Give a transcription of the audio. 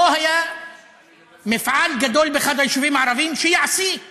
או היה מפעל גדול באחד היישובים הערביים שיעסיק